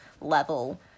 level